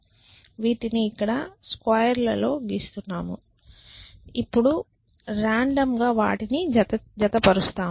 వీటిని ఇక్కడ స్క్వేర్ ల గీస్తున్నాను ఇప్పుడు రాండమ్ గా వాటిని జత పరుస్తాము